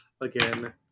again